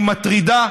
היא מטרידה,